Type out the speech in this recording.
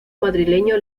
madrileño